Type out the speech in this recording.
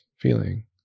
feeling